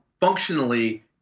functionally